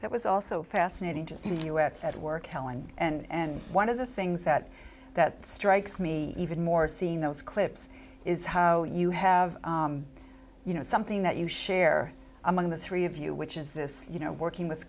that was also fascinating to see us at work helen and one of the things that that strikes me even more seeing those clips is how you have you know something that you share among the three of you which is this you know working with